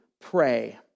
pray